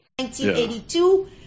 1982